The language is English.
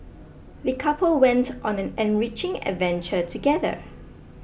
the couple went on an enriching adventure together